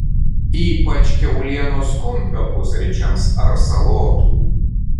ypač kiaulienos kumpio pusryčiams ar salotų